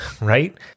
right